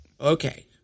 Okay